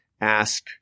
ask